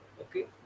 okay